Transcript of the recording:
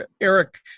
Eric